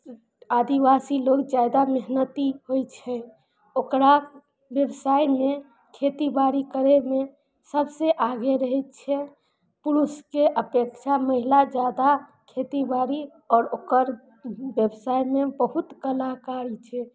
आदिवासी लोग जादा मेहनती होइ छै ओकरा व्यवसायमे खेती बाड़ी करयमे सबसँ आगे रहय छै पुरुषके अपेक्षा महिला जादा खेतीबाड़ी आओर ओकर व्यवसायमे बहुत कलाकारी छै